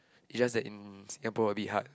it's just that in Singapore a bit hard